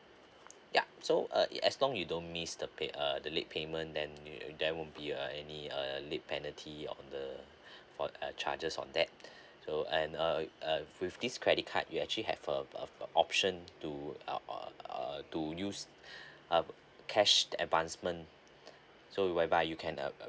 yup so uh it as long you don't miss the pay uh the late payment then err there won't be a any uh late penalty on the for the charges on that so uh and uh uh with this credit card you actually have a a a option to uh uh to use uh cash the advancement so whereby you can uh